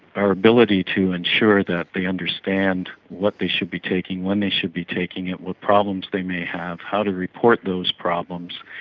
our ability to ensure that they understand what they should be taking, when they should be taking it, what problems they may have, how to report those problems.